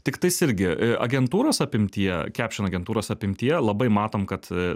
tiktais irgi agentūros apimtyje caption agentūros apimtyje labai matom kad